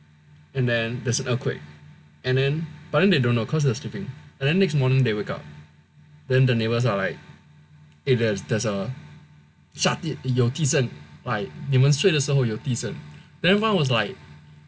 and then there's an earthquake and then but then they don't know cause they're sleeping and then the next morning they wake then the neighbors are like eh there's a 下的有地震 like 你们睡的时候有地震 then one was like